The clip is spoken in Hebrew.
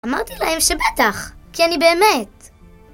אמרתי להם שבטח, כי אני באמת.